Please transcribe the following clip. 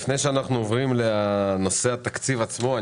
לפני שאנחנו עוברים לנושא התקציב עצמו,